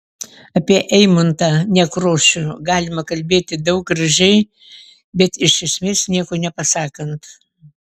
apie eimuntą nekrošių galima kalbėti daug gražiai bet iš esmės nieko nepasakant